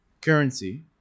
currency